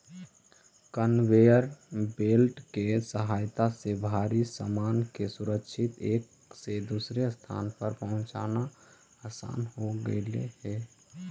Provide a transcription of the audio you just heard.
conveyor belt के सहायता से भारी सामान के सुरक्षित एक से दूसर स्थान पर पहुँचाना असान हो गेलई हे